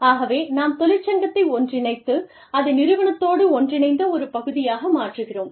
ஆகவே நாம் தொழிற்சங்கத்தை ஒன்றிணைத்து அதை நிறுவனத்தோடு ஒன்றிணைந்த ஒரு பகுதியாக மாற்றுகிறோம்